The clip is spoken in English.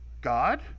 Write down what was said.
God